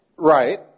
Right